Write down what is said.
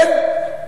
אין.